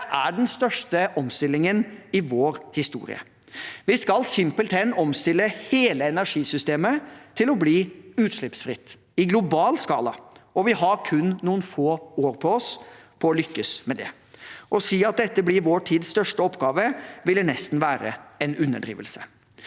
Det er den største omstillingen i vår historie. Vi skal simpelthen omstille hele energisystemet til å bli utslippsfritt – i global skala – og vi har kun noen få år på oss for å lykkes med det. Å si at dette blir vår tids største oppgave ville nesten være en underdrivelse.